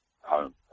home